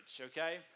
okay